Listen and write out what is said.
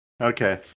Okay